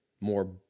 more